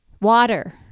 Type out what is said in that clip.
water